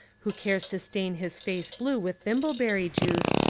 who cares to stain his face blue with thimbleberry juice,